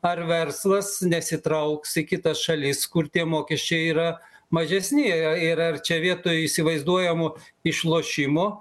ar verslas nesitrauks į kitas šalis kur tie mokesčiai yra mažesni ir ar čia vietoj įsivaizduojamo išlošimo